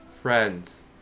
Friends